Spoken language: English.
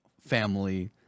Family